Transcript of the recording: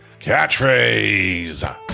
Catchphrase